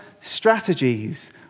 strategies